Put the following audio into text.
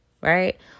right